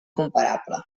comparable